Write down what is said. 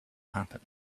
happen